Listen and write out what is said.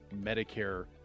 Medicare